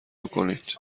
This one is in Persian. کنید